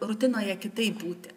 rutinoje kitaip būti